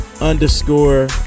underscore